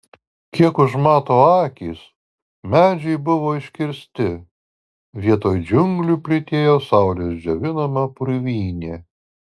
kiek užmato akys medžiai buvo iškirsti vietoj džiunglių plytėjo saulės džiovinama purvynė